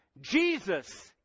Jesus